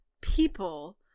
people